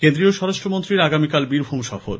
কেন্দ্রীয় স্বরাষ্ট্রমন্ত্রীর আগামীকাল বীরভূম সফর